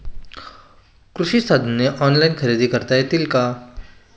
कृषी साधने ऑनलाइन खरेदी करता येतील का?